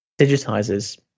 digitizes